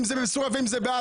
אם זה בסוריה ואם זה בעזה.